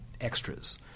extras